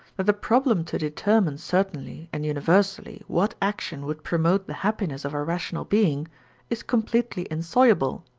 that the problem to determine certainly and universally what action would promote the happiness of a rational being is completely insoluble,